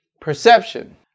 perception